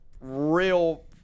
real